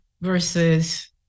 versus